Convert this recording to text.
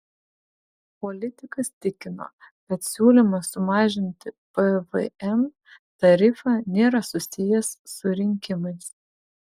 politikas tikino kad siūlymas sumažinti pvm tarifą nėra susijęs su rinkimais